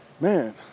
Man